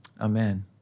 Amen